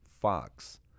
Fox